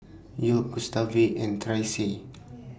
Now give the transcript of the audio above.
York Gustave and Tressie